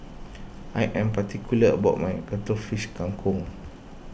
I am particular about my Cuttlefish Kang Kong